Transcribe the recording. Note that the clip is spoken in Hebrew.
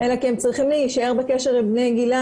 אלא כי הם צריכים להישאר בקשר עם בני גילם,